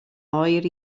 oer